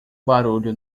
barulho